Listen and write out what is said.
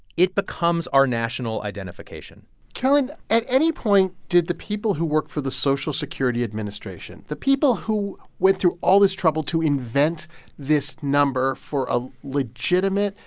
it becomes our national identification carolyn, at any point, did the people who worked for the social security administration, the people who went through all this trouble to invent this number for a legitimate,